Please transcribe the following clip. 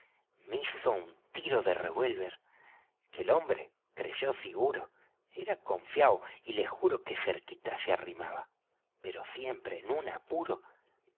me hizo un tiro de revuélver que el hombre creyó siguro era confiado y le juro que cerquita se arrimaba pero siempre en un apuro